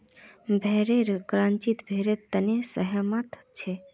भेड़ेर क्रचिंग भेड़ेर तने सेहतमंद छे